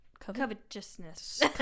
covetousness